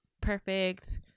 perfect